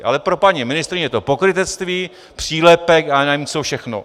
Ale pro paní ministryni je to pokrytectví, přílepek a nevím co všechno.